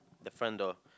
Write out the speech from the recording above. the front door